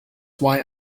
why